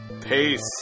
Peace